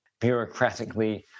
bureaucratically